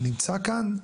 הוא נמצא כאן,